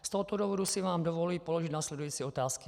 Z tohoto důvodu si vám dovoluji položit následující otázky: